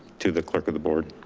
to the clerk of the board.